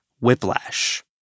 whiplash